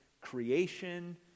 creation